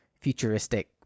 futuristic